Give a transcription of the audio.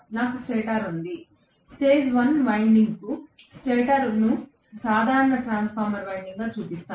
నాకు స్టేటర్ ఉంది stage one వైండింగ్కు స్టేటర్ను సాధారణ ట్రాన్స్ఫార్మర్ వైండింగ్గా చూపిస్తాను